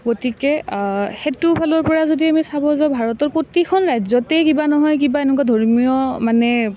গতিকে সেইটো ফালৰ পৰা যদি আমি চাব যাওঁ ভাৰতৰ প্ৰতিখন ৰাজ্যতে কিবা নহয় কিবা এনেকুৱা ধৰ্মীয় মানে